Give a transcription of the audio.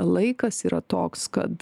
laikas yra toks kad